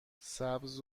سبز